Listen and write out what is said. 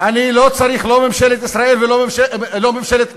לרבות תביעות לאומיות על